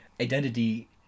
identity